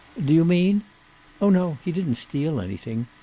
do you mean oh, no, he didn't steal anything.